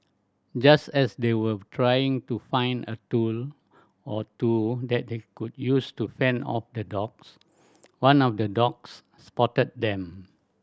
just as they were trying to find a tool or two that they could use to fend off the dogs one of the dogs spotted them